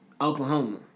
Oklahoma